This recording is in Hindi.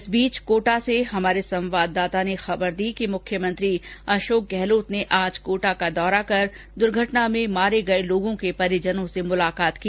इस बीच कोटा में हमारे संवाददाता ने खबर दी है कि आज मुख्यमंत्री अषोक गहलोत ने कोटा का दौरा कर द्र्घटना में मारे गये लोगों के परिजनों से मुलाकात की